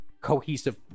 cohesive